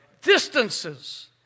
distances